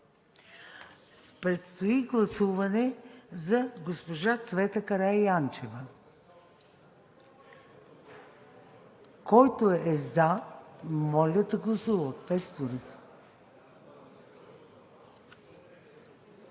Предстои гласуване за госпожа Цвета Караянчева. Който е за, моля да гласува. Квесторите!